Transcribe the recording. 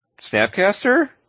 Snapcaster